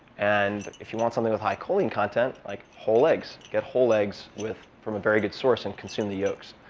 and if you want something with high choline content, like whole eggs. get whole eggs from from a very good source and consume the yolks.